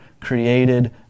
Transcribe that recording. created